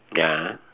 ya